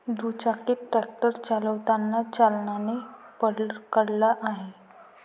दुचाकी ट्रॅक्टर चालताना चालकाने पकडला आहे